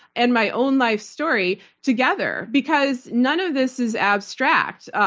and my own life story together because none of this is abstract.